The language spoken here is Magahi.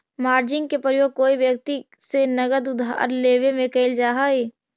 मार्जिन के प्रयोग कोई व्यक्ति से नगद उधार लेवे में कैल जा हई